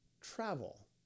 travel